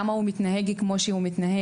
ההבנה של למה הוא מתנהג איך שהוא מתנהג,